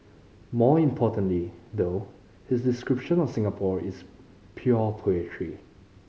more importantly though his description of Singapore is pure poetry